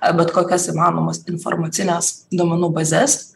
ar bet kokias įmanomas informacines duomenų bazes